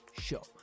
show